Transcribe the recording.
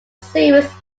series